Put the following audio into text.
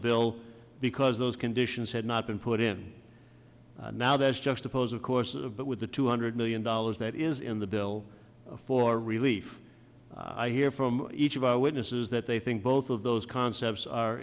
bill because those conditions had not been put in now that's just a pose of course of but with the two hundred million dollars that is in the bill for relief i hear from each of our witnesses that they think both of those concepts are